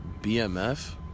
BMF